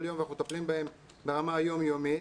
יום ואנחנו מטפלים בהם ברמה היום-יומית.